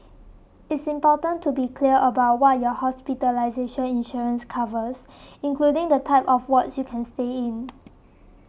it's important to be clear about what your hospitalization insurance covers including the type of wards you can stay in